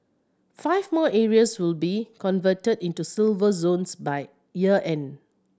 five more areas will be converted into Silver Zones by year end